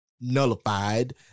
nullified